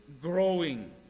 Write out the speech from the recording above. growing